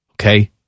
okay